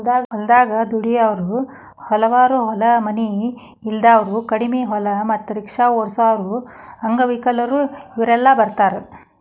ಹೊಲದಾಗ ದುಡ್ಯಾವರ ಹಮಾಲರು ಹೊಲ ಮನಿ ಇಲ್ದಾವರು ಕಡಿಮಿ ಹೊಲ ಮತ್ತ ರಿಕ್ಷಾ ಓಡಸಾವರು ಅಂಗವಿಕಲರು ಇವರೆಲ್ಲ ಬರ್ತಾರ